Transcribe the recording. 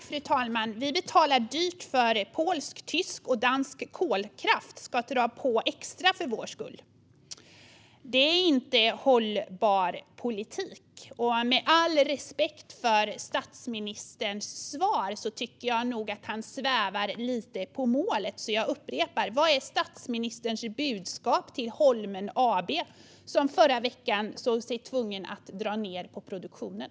Fru talman! Vi betalar dyrt för att polsk, tysk och dansk kolkraft ska dra på extra för vår skull. Det är inte en hållbar politik. Med all respekt för statsministerns svar tycker jag nog att han svävar lite på målet. Därför frågar jag: Vad är statsministerns budskap till Holmen AB, som förra veckan såg sig tvungna att dra ned på produktionen?